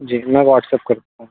जी मैं वाट्सअप कर दूँगा